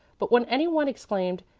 but when any one exclaimed,